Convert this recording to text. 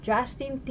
Justin